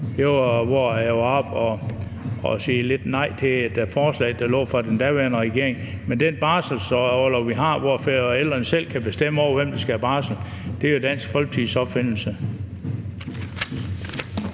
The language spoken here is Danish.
jeg var oppe og sige lidt nej til et forslag, der lå fra den daværende regering. Men den barselsorlov, vi har, hvor forældrene selv kan bestemme, hvem der skal have barsel, er jo Dansk Folkepartis opfindelse.